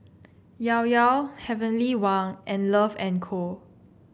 Llao Llao Heavenly Wang and Love and Co